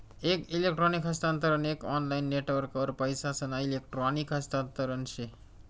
एक इलेक्ट्रॉनिक हस्तांतरण एक ऑनलाईन नेटवर्कवर पैसासना इलेक्ट्रॉनिक हस्तांतरण से